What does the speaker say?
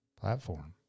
platform